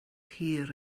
hir